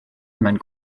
mewn